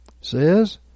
says